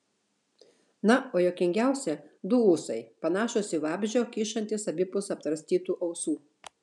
na o juokingiausia du ūsai panašūs į vabzdžio kyšantys abipus aptvarstytų ausų